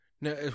Now